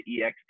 EXP